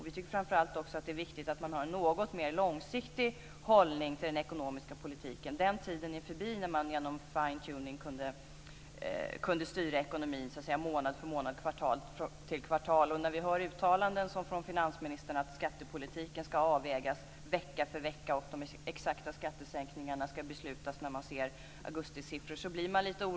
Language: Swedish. Vi tycker framför allt också att det är viktigt att man har en något mer långsiktig hållning till den ekonomiska politiken. Den tid är förbi när man genom fine tuning kunde styra ekonomin månad för månad och kvartal för kvartal. När vi hör uttalanden som dem från finansministern om att skattepolitiken ska avvägas vecka för vecka och att de exakta skattesänkningarna ska beslutas om när man ser augustis siffror så blir man lite orolig.